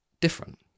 different